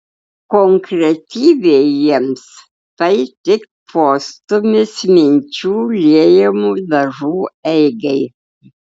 konkretybė jiems tai tik postūmis minčių liejamų dažų eigai